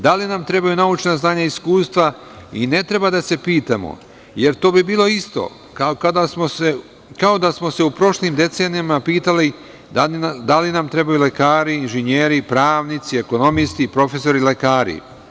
Da li nam trebaju naučna znanja i iskustva i ne treba da se pitamo, jer to bi bilo isto kao da smo se u prošlim decenijama pitali da li nam trebaju lekari, inženjeri, pravnici, ekonomisti, profesori, lekari.